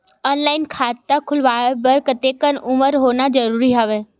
Online खाता खुलवाय बर कतेक उमर होना जरूरी हवय?